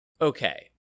okay